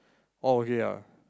all okay ah